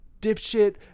dipshit